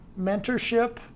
mentorship